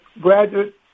graduate